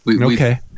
Okay